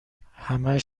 همش